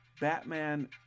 Batman